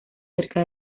cerca